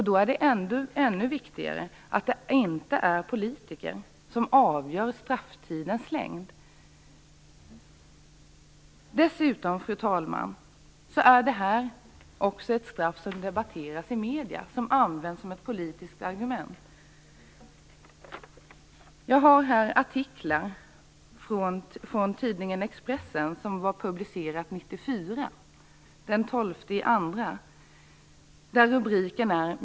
Då är det ännu viktigare att det inte är politiker som avgör strafftidens längd. Dessutom debatteras detta straff i medierna och används som ett politiskt argument. Jag har en artikel som publicerades den 12 februari 1994 i Expressen.